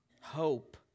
Hope